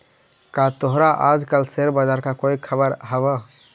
का तोहरा आज कल शेयर बाजार का कोई खबर हवअ